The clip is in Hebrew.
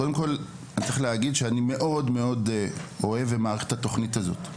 קודם כל אני צריך להגיד שאני מאוד-מאוד אוהב ומעריך את התוכנית הזאת.